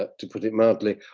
ah to put it mildly,